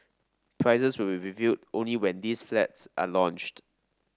prices will be revealed only when these flats are launched